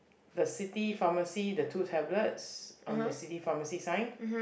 the city pharmacy the two tablets on the city pharmacy sign